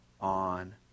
On